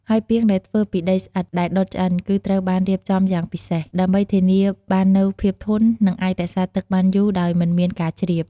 ហើយពាងដែលធ្វើពីដីស្អិតដែលដុតឆ្អិន គឺត្រូវបានរៀបចំយ៉ាងពិសេស ដើម្បីធានាបាននូវភាពធន់ និងអាចរក្សាទឹកបានយូរដោយមិនមានការជ្រាប។